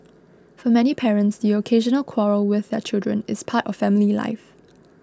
for many parents the occasional quarrel with their children is part of family life